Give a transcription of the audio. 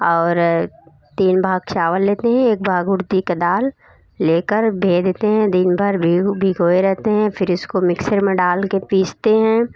और तीन भाग चावल लेते हैं एक भाग उड़द की दाल ले कर धो देते हैं दिनभर भीग भिगोए रहते हैं फिर इसको मिक्सर में डाल कर पीसते हैं